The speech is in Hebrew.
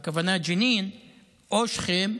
הכוונה לג'נין או שכם,